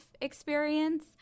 experience